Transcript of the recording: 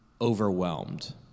Overwhelmed